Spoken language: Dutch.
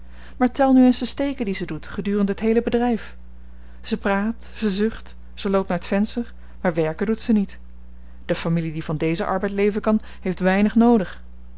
maar tel nu eens de steken die ze doet gedurende het heele bedryf ze praat ze zucht ze loopt naar t venster maar werken doet ze niet de familie die van dezen arbeid leven kan heeft weinig noodig